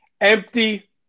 empty